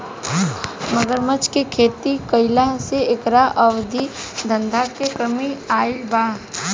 मगरमच्छ के खेती कईला से एकरा अवैध धंधा में कमी आईल बा